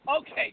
Okay